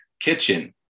kitchen